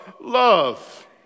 love